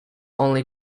only